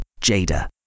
Jada